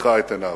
פקחה את עיניו.